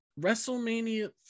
WrestleMania